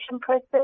process